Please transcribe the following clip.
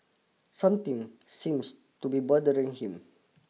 something seems to be bothering him